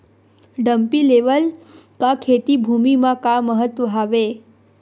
Dumpy level का खेती भुमि म का महत्व हावे?